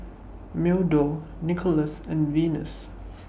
Meadow Nikolas and Venus